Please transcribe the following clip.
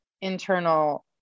internal